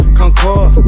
concord